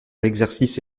l’exercice